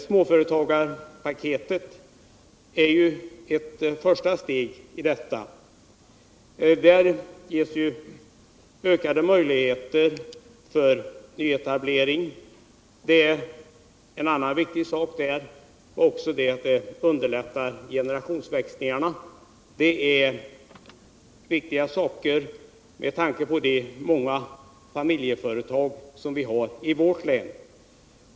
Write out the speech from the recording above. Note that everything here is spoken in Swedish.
Småföretagarpaketet är ju ett första steg i den riktningen. Genom detta ges ökade möjligheter för nyetablering, och vad som också är viktigt är att det underlättar generationsväxlingarna, vilket är viktigt inte minst med tanke på de många familjeföretag som vi har i vårt län.